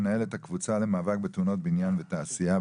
מנהלת הקבוצה למאבק בתאונות בניין ותעשייה,